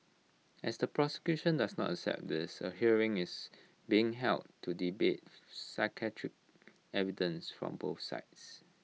as the prosecution does not accept this A hearing is being held to debate psychiatric evidence from both sides